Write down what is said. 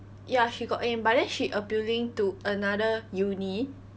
ya she got in but then she appealing to another university